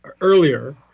earlier